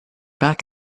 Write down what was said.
back